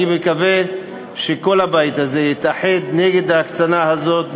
אני מקווה שכל הבית הזה יתאחד נגד ההקצנה הזאת,